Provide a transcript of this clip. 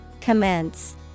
Commence